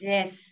Yes